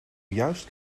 juist